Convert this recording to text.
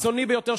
הקיצוני ביותר,